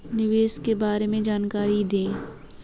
निवेश के बारे में जानकारी दें?